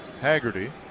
Haggerty